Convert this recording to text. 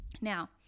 Now